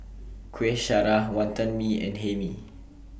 Kuih Syara Wonton Mee and Hae Mee